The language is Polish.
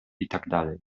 itd